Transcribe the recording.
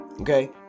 Okay